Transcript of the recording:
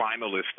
finalists